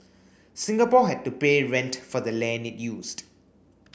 Singapore had to pay rent for the land it used